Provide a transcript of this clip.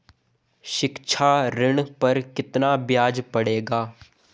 शिक्षा ऋण पर कितना ब्याज पड़ेगा?